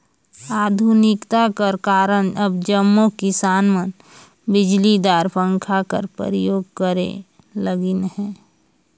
आधुनिकता कर कारन अब जम्मो किसान मन बिजलीदार पंखा कर परियोग करे लगिन अहे